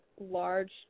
large